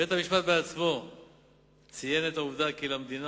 בית-המשפט עצמו ציין את העובדה כי למדינה